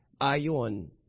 Ayon